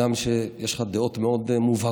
הגם שיש לך דעות מאוד מובהקות,